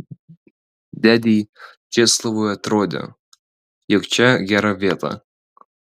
dėdei česlovui atrodė jog čia gera vieta